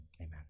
amen